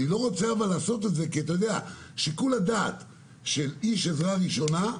אבל אתה יודע, שיקול הדעת של איש עזרה ראשונה,